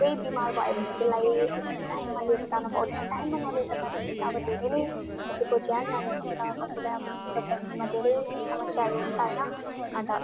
कोही बिमार भयो भने त्यसलाई टाइममा लिएर जान पाउँदैन टाइममा नलिएर जाँदाखेरि त अब धेरै नै कसैको ज्यान जानसक्छ कसैलाई अब कसैको अब फ्यामिलीमा धेरै समस्याहरू हुन्छ होइन अन्त